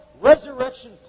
resurrection